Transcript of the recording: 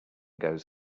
goes